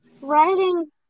Writing